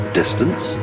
distance